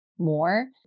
more